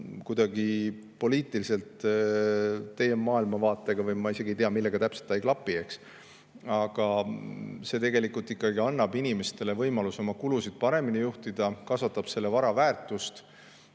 kuidagi poliitiliselt teie maailmavaatega või ma isegi ei tea, millega täpselt ei klapi, eks, aga see tegelikult ikkagi annab inimestele võimaluse oma kulusid paremini juhtida, kasvatab vara väärtust